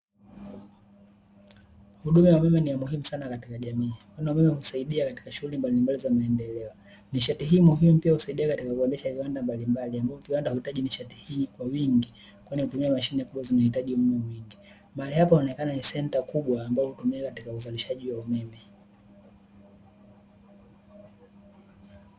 Huduma ya umeme ni ya muhimu sana katika jamii, huduma ya umeme husaidia katika shughuli mbalimbali za maendeleo, nishati hii muhimu pia husaidia kuendesha viwanda mbalimbali ambavyo viwanda huhitaji nishati hii kwa wingi kwani mashine kubwa zinahitaji umeme mwingi. Mahali hapa inaonekana ni senta kubwa ambayo hutumika katika uzalishaji wa umeme.